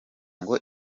ngo